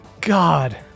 God